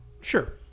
Sure